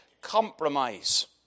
compromise